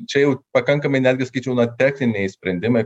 čia jau pakankamai netgi sakyčiau na techniniai sprendimai